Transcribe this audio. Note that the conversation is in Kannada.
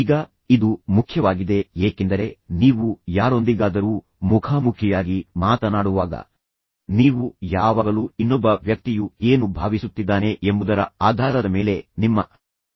ಈಗ ಇದು ಮುಖ್ಯವಾಗಿದೆ ಏಕೆಂದರೆ ನೀವು ಯಾರೊಂದಿಗಾದರೂ ಮುಖಾಮುಖಿಯಾಗಿ ಮಾತನಾಡುವಾಗ ನೀವು ಯಾವಾಗಲೂ ಇನ್ನೊಬ್ಬ ವ್ಯಕ್ತಿಯು ಏನು ಭಾವಿಸುತ್ತಿದ್ದಾನೆ ಎಂಬುದರ ಆಧಾರದ ಮೇಲೆ ನಿಮ್ಮ ಅಭಿವ್ಯಕ್ತಿಗಳನ್ನು ಮಾರ್ಪಡಿಸಿ ಮಾತನಾಡಬಹುದು